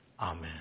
Amen